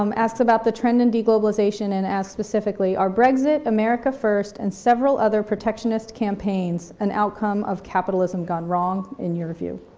um asks about the trend in de-globalization and asks specifically, are brexit, america first, and several other protectionist campaigns an outcome of capitalism gone wrong, in your view?